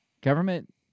Government